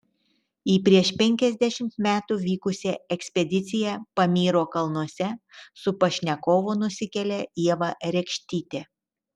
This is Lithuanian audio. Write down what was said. į prieš penkiasdešimt metų vykusią ekspediciją pamyro kalnuose su pašnekovu nusikelia ieva rekštytė